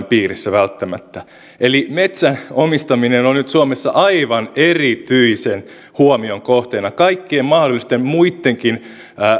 piirissä välttämättä eli metsän omistaminen on nyt suomessa aivan erityisen huomion kohteena kaikkien mahdollisten muittenkin